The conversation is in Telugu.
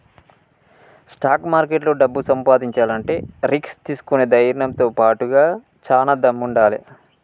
స్టాక్ మార్కెట్లో డబ్బు సంపాదించాలంటే రిస్క్ తీసుకునే ధైర్నంతో బాటుగా చానా దమ్ముండాలే